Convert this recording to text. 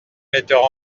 metteur